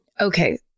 Okay